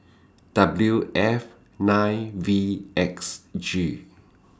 W F nine V X G